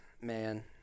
man